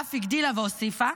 ואף הגדילה והוסיפה: